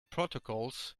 protocols